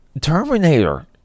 Terminator